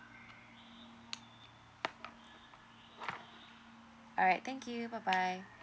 alright thank you bye bye